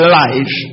life